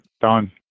done